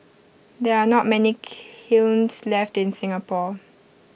there are not many kilns left in Singapore